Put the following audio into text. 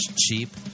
cheap